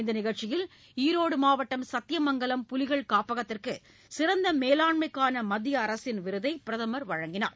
இந்த நிகழ்ச்சியில் ஈரோடு மாவட்டம் சத்தியமங்கலம் புலிகள் காப்பகத்திற்கு சிறந்த மேலாண்மைக்கான மத்திய அரசின் விருதை பிரதமர் வழங்கினார்